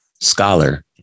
scholar